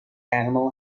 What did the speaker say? animal